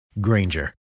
Granger